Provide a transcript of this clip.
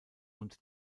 und